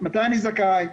מתי אני זכאי,